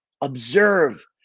observe